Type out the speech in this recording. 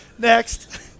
Next